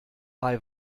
bei